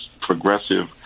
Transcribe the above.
progressive